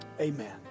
amen